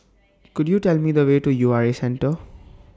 Could YOU Tell Me The Way to U R A Centre